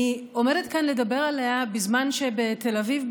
אני עומדת כאן לדבר עליה בזמן שבתל אביב,